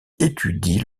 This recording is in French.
étudie